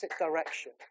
direction